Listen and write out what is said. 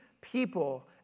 people